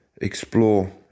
explore